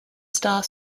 star